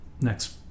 next